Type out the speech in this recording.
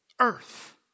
earth